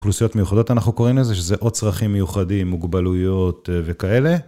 אוכלוסיות מיוחדות, אנחנו קוראים לזה שזה עוד צרכים מיוחדים, מוגבלויות וכאלה.